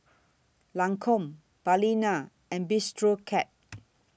Lancome Balina and Bistro Cat